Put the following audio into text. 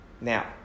Now